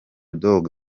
dogg